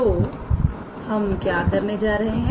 तो हम क्या करने जा रहे हैं